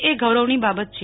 એ ગૌરવની બાબત છે